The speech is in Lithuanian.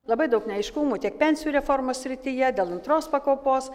labai daug neaiškumų tiek pensijų reformos srityje dėl antros pakopos